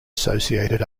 associated